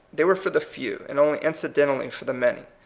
they were for the few, and only incidentally for the many.